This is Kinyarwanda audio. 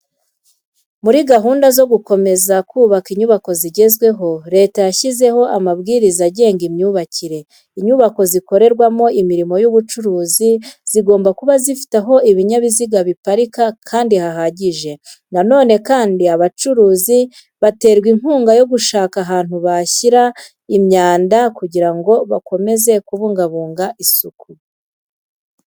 Muri gahunda zo gukomeza kubaka inyubako zigezweho, Leta yashyizeho amabwiriza agenga imyubakire. Inyubako zikorerwamo imirimo y'ubucuruzi zigomba kuba zifite aho ibinyabiziga biparika kandi hahagije. Na none kandi, abacuruzi baterwa inkunga yo gushaka ahantu bashyira imyanda kugira ngo bakomeze kubungabunga isuku.